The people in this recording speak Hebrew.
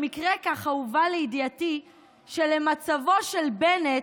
במקרה ככה הובא לידיעתי שלמצבו של בנט